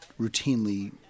routinely